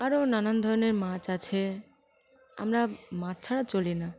আরও নানান ধরনের মাছ আছে আমরা মাছ ছাড়া চলি না